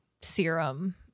serum